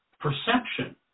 perception